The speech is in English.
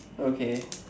okay